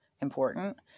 important